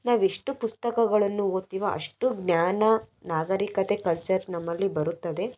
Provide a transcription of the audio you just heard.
ನಾವು ಎಷ್ಟು ಪುಸ್ತಕಗಳನ್ನು ಒದ್ತೀವೊ ಅಷ್ಟು ಜ್ಞಾನ ನಾಗರಿಕತೆ ಕಲ್ಚರ್ ನಮ್ಮಲ್ಲಿ ಬರುತ್ತದೆ